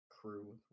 crew